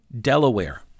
Delaware